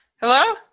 Hello